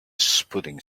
spotting